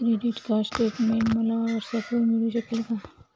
Credit card statement मला व्हॉट्सऍपवर मिळू शकेल का?